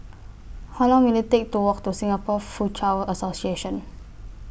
How Long Will IT Take to Walk to Singapore Foochow Association